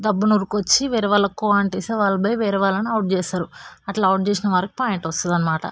దబ్బున ఉరుకుకొని వచ్చి వేరే వాళ్ళకి కో అంటిస్తే వాళ్ళు పోయి వేరేవాళ్ళని అవుట్ చేస్తారు అట్లా అవుట్ చేసిన వాళ్ళకి పాయింట్ వస్తుంది అన్నమాట